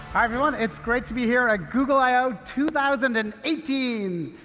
everyone. it's great to be here at google i o two thousand and eighteen.